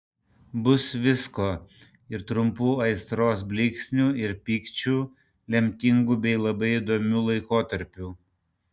bus visko ir trumpų aistros blyksnių ir pykčių lemtingų bei labai įdomių laikotarpių